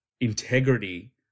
integrity